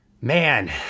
man